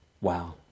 wow